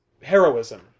heroism